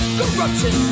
corruption